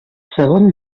segon